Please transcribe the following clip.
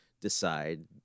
decide